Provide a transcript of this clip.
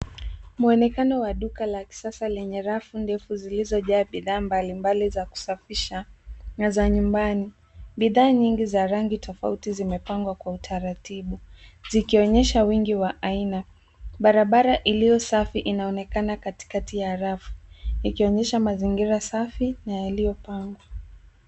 Mwonekano wa duka la kisasa lenye rafu ndefu zilizojaa bidhaa mbali mbali za kusafisha na za nyumbani. Bidhaa nyingi za rangi tofauti zimepaangwa kwa utaratibu zikionyesha wingi wa aina. Barabara iliyo safi inaonekana katikati ya rafu ikionyesha mazingira safi na yaliyopangwa.